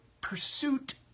pursuit